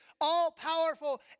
all-powerful